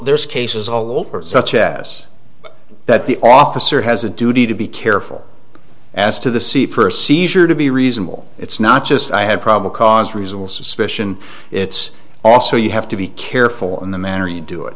there's cases although such as that the officer has a duty to be careful as to the c for seizure to be reasonable it's not just i had probable cause reasonable suspicion it's also you have to be careful in the manner you do it